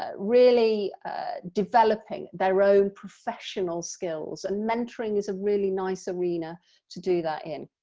ah really developing their own professional skills and mentoring is a really nice arena to do that in.